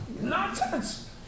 Nonsense